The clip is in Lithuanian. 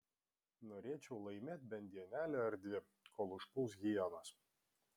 norėčiau laimėt bent dienelę ar dvi kol užpuls hienos